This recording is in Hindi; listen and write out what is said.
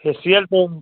फेसियल तो